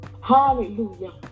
hallelujah